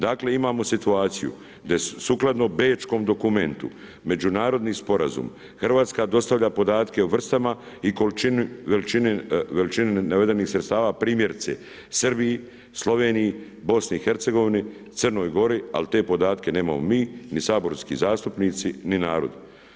Dakle, imamo situaciju da sukladno Bečkom dokumentu međunarodni sporazum Hrvatska dostavlja podatke o vrstama i količini, veličini navedenih sredstava, primjerice Srbiji, Sloveniji, BIH, Crnoj Gori, ali te podatke nemamo mi ni saborski zastupnici, ni narod.